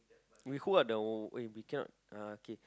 we who are the eh we cannot uh K